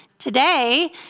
Today